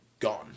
gone